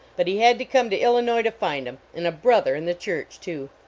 but he had to come to illinois to find em. and a brother in the church, too.